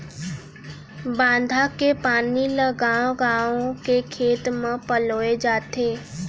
बांधा के पानी ल गाँव गाँव के खेत म पलोए जाथे